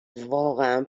واقعا